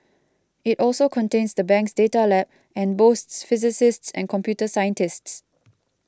it also contains the bank's data lab and boasts physicists and computer scientists